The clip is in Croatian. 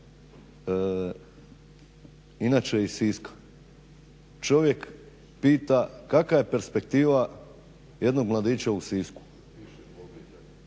inače iz Siska. Čovjek pita kakva je perspektiva jednog mladića u Sisku?